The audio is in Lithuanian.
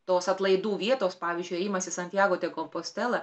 tos atlaidų vietos pavyzdžiui ėjimas į santjago te go postelą